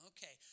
Okay